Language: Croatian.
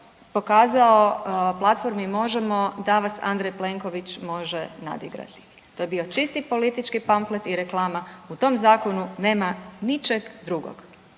pokazao platformi Možemo! da vas Andrej Plenković može nadigrati. To je bio čisti politički pamflet i reklama, u tom zakonu nema ničeg drugog